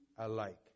alike